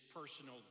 personal